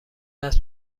است